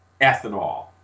ethanol